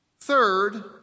Third